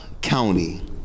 County